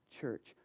church